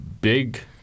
big